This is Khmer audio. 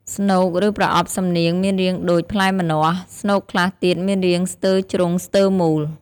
ស្នូក ឬប្រអប់សំនៀងមានរាងដូច ផ្លែម្នាស់ ស្នូកខ្លះទៀតមានរាងស្ទើរជ្រុងស្ទើរមូល ។